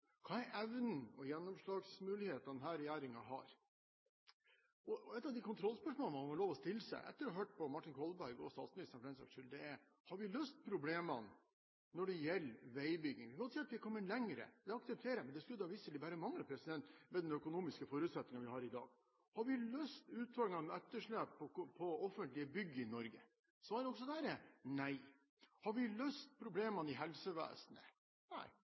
Hva er evnen og gjennomslagsmuligheten som denne regjeringen har? Et av de kontrollspørsmålene man må ha lov til å stille seg etter å ha hørt på Martin Kolberg – og statsministeren, for den saks skyld – er: Har vi løst problemene når det gjelder veibygging? Vi kan godt si at vi har kommet lenger. Det aksepterer jeg, men det skulle da visselig bare mangle med den økonomiske forutsetningen vi har i dag. Har vi løst utfordringene og etterslepet på offentlige bygg i Norge? Svaret også der er nei. Har vi løst problemene i helsevesenet? Atter en gang er svaret nei.